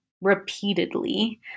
repeatedly